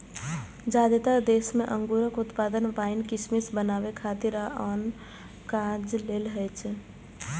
जादेतर देश मे अंगूरक उत्पादन वाइन, किशमिश बनबै खातिर आ आन काज लेल होइ छै